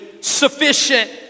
sufficient